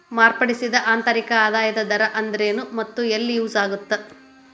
ಮಾರ್ಪಡಿಸಿದ ಆಂತರಿಕ ಆದಾಯದ ದರ ಅಂದ್ರೆನ್ ಮತ್ತ ಎಲ್ಲಿ ಯೂಸ್ ಆಗತ್ತಾ